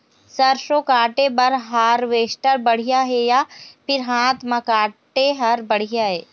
सरसों काटे बर हारवेस्टर बढ़िया हे या फिर हाथ म काटे हर बढ़िया ये?